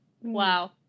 Wow